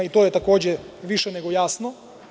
I to je takođe više nego jasno.